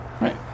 right